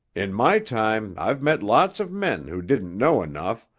in my time i've met lots of men who didn't know enough,